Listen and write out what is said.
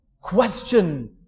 question